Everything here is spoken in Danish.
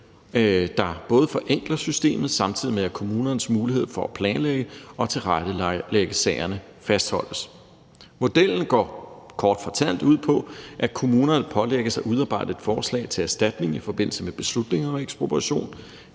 der forenkler systemet, samtidig med at kommunernes mulighed for at planlægge og tilrettelægge sagerne fastholdes. Modellen går kort fortalt ud på, at kommunerne pålægges at udarbejde et forslag til erstatning i forbindelse med beslutninger om ekspropriation.